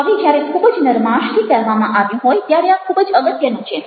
હવે જ્યારે ખૂબ જ નરમાશથી કહેવામાં આવ્યું હોય ત્યારે આ ખૂબ જ અગત્યનું છે